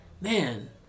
man